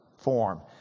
form